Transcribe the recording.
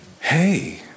Hey